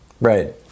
Right